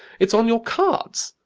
it's on your cards.